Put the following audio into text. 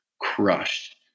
crushed